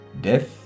death